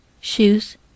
shoes